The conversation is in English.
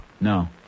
No